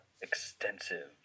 extensive